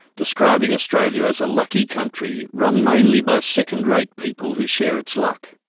described and australia as a lucky country run mainly by second-rate people who share its luck.